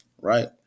right